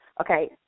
Okay